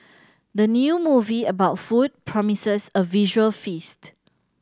the new movie about food promises a visual feast